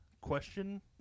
question